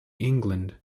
england